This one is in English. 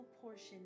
portion